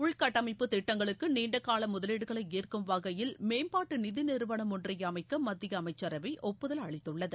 உள்கட்டமைப்புத் திட்டங்களுக்கு நீண்ட கால முதலீடுகளை ஈர்க்கும் வகையில் மேம்பாட்டு நிதி நிறுவனம் ஒன்றை அமைக்க மத்திய அமைச்சரவை ஒப்புதல் அளித்துள்ளது